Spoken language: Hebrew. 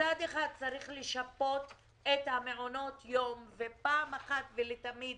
מצד אחד צריך לשפות את מעונות היום ופעם אחת ולתמיד